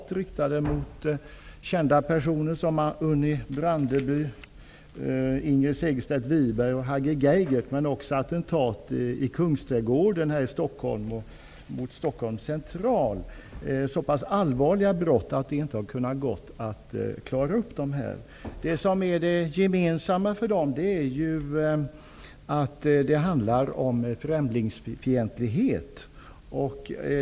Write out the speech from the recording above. Det har varit attentat riktade mot kända personer -- t.ex. Unni Brandeby, Ingrid Segerstedt Wiberg och Hagge Geigert -- men också attentat i Kungsträdgården i Stockholm och mot Det gemensamma för dessa brott är att det handlar om främlingsfientlighet.